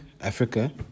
Africa